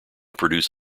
produce